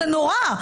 זה נורא.